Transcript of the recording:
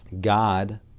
God